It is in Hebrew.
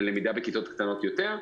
ללמידה בכיתות קטנות יותר.